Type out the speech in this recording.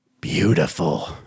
Beautiful